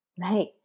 Right